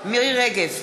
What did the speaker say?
מירי רגב,